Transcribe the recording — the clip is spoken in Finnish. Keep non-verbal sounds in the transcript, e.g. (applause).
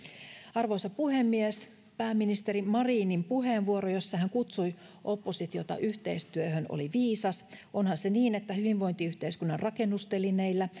arvoisa puhemies pääministeri marinin puheenvuoro jossa hän kutsui oppositiota yhteistyöhön oli viisas onhan se niin että hyvinvointiyhteiskunnan rakennustelineillä (unintelligible)